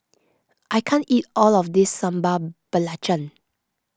I can't eat all of this Sambal Belacan